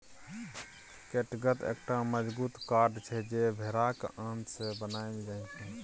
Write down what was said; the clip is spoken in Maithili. कैटगत एकटा मजगूत कोर्ड छै जे भेराक आंत सँ बनाएल जाइ छै